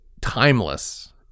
timeless